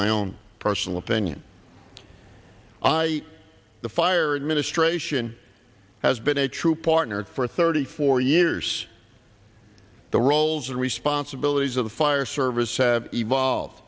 my own personal opinion i the fire administration has been a true partner for thirty four years the roles and responsibilities of the fire service have evolved